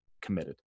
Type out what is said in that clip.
committed